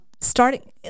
starting